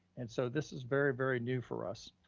and so this is very, very new for us.